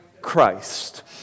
Christ